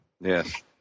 Yes